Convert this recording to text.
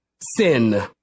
sin